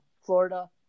Florida